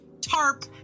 tarp